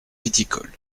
viticoles